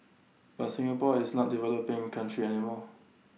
but Singapore is not developing country any more